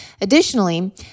Additionally